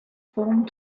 formed